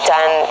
Done